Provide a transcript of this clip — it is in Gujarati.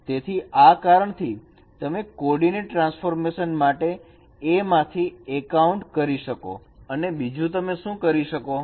તેથી આ કારણથી તમે કોર્ડીનેટ ટ્રાન્સફોર્મેશન માટે A માંથી એ કાઉન્ટ કરી શકો અને બીજું તમે શું કરી શકો